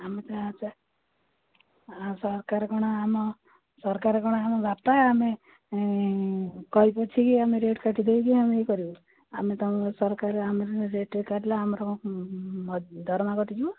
ଆମେ ତ ସରକାର କ'ଣ ଆମ ସରକାର କ'ଣ ଆମ ବାପା ଆମେ କହି ପଛିକି ଆମେ ରେଟ୍ କାଟିଦେଇକି ଆମେ ଇଏ କରିବୁ ଆମେ ତ ସରକାର ଆମେ ରେଟ୍ କାଟିଲେ ଆମର ଦରମା କଟିଯିବ